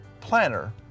planner